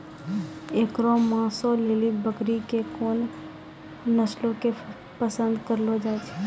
एकरो मांसो लेली बकरी के कोन नस्लो के पसंद करलो जाय छै?